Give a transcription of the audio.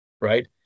right